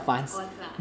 oh 是啊